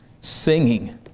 singing